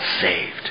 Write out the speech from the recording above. saved